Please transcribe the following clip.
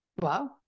Wow